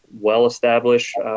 well-established